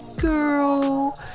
girl